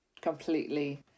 completely